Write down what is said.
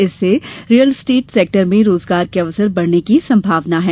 इससे real estate sector में रोजगार के अवसर बढ़ने की संभावना हैं